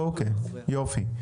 אוקיי יופי.